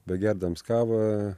begerdams kavą